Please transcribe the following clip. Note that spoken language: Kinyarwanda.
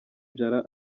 diarra